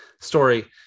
story